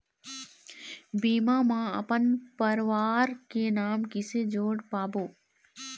बीमा म अपन परवार के नाम किसे जोड़ पाबो?